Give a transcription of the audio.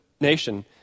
nation